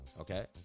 Okay